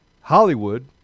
Hollywood